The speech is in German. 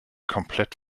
komplett